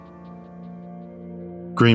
Green